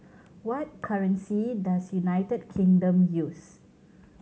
what currency does United Kingdom use